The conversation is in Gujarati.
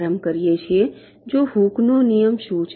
તો હૂકનો નિયમ Hooke's law શું છે